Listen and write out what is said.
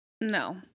No